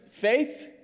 faith